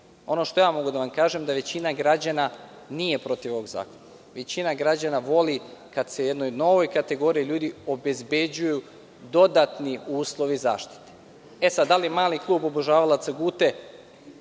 ono što ja mogu da vam kažem, to je da većina građana nije protiv ovog zakona. Većina građana voli kad se jednoj novoj kategoriji ljudi obezbeđuju dodatni uslovi zaštite. E, sad, da li mali klub obožavalaca Gute